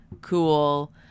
cool